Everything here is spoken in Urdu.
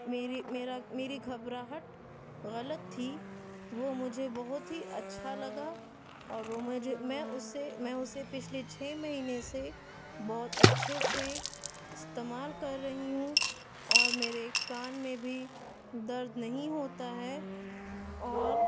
میری میرا میری گھبراہٹ غلط تھی وہ مجھے بہت ہی اچھا لگا اور وہ مجھے میں اسے میں اسے پچھلے چھ مہینے سے بہت اچھے سے استعمال کر رہی ہوں اور میرے کان میں بھی درد نہیں ہوتا ہے اور